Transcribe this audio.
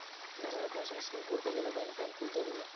national pension scheme করতে গ্যালে bank account খুলতে হতিছে